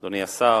אדוני השר,